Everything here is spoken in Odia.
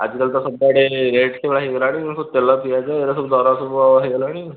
ଆଜି କାଲି ତ ସବୁଆଡ଼େ ରେଟ୍ ହୋଇଗଲାଣି ତେଲ ପିଆଜ ଏଗୁଡ଼ାକ ଦର ସବୁ ହୋଇଗଲାଣି